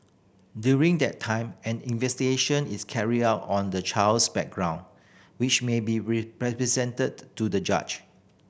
during that time an investigation is carried out on the child's background which may be presented to the judge